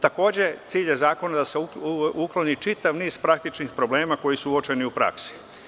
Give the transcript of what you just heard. Takođe, cilj zakona je da se ukloni čitav niz praktičnih problema koji su uočeni u praksi.